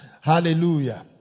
Hallelujah